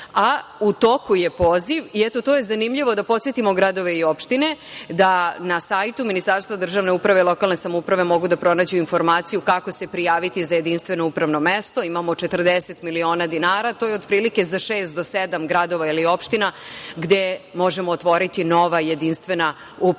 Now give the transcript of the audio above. a u toku je poziv. I eto, to je zanimljivo, da posetimo gradove i opštine, da na sajtu Ministarstva državne uprave i lokalne samouprave mogu da pronađu informaciju kako se prijaviti za jedinstveno upravno mesto. Imamo 40 miliona dinara, to je otprilike za šest do sedam gradova ili opština gde možemo otvoriti nova, jedinstvena, upravna